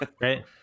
Right